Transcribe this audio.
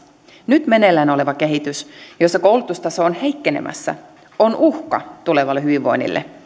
nyt meneillään oleva kehitys jossa koulutustaso on heikkenemässä on uhka tulevalle hyvinvoinnille